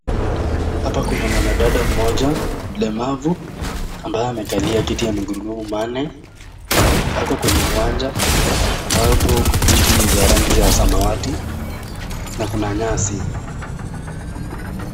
Hapa kuna mwanadada mmoja, mlemavu, ambaye amekalia kiti ya magurudumu manne, apo kwenye uwanja, ambapo, viti ni vya rangi ya samawati, na kuna nyasi.